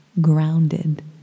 grounded